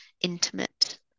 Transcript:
intimate